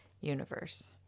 universe